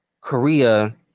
Korea